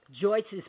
Joyce's